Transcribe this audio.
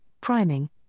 priming